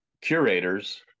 Curators